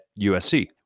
USC